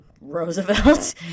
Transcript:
Roosevelt